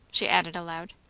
she added aloud.